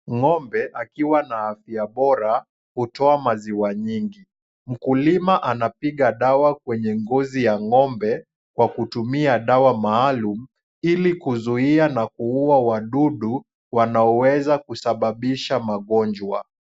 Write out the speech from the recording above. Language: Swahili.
Ng'ombe akiwa na afya bora, hutoa maziwa nyingi. Mkuliwa anapiga dawa kwenye ngozi ya ng'ombe, kwa kutumia dawa maalum, ili kuzuia na kuua wadudu, wanaoweza kusababisha magonjwa.